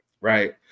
right